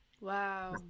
wow